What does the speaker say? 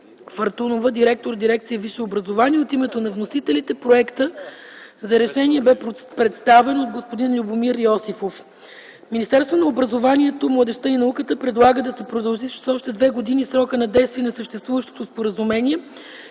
директор на дирекция „Висше образование”. От името на вносителите проектът за решение бе представен от господин Любомир Йосифов. Министерството на образованието, младежта и науката предлага да се продължи с още две години срокът на действие на съществуващото споразумение,